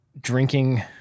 drinking